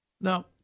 Now